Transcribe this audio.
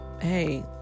hey